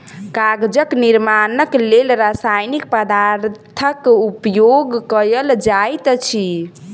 कागजक निर्माणक लेल रासायनिक पदार्थक उपयोग कयल जाइत अछि